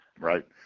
right